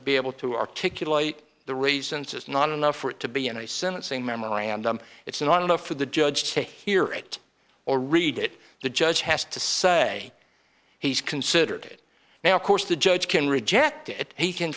to be able to articulate the reasons it's not enough for it to be in a sentencing memorandum it's not enough for the judge to hear it or read it the judge has to say he's considered it now of course the judge can reject it he can